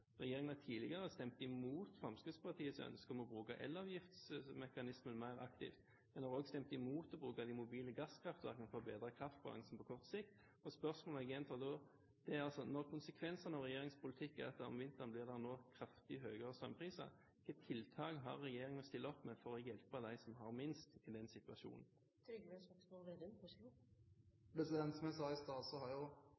har tidligere stemt imot Fremskrittspartiets ønske om å bruke elavgiftsmekanismen mer aktivt. Den har også stemt imot å bruke mobile gasskraftverk for å bedre kraftbalansen på kort sikt. Spørsmålet jeg gjentar da, er: Når konsekvensene av regjeringens politikk er at det om vinteren blir kraftig høyere strømpriser – hvilke tiltak har regjeringen å stille opp med for å hjelpe dem som har minst i den situasjonen?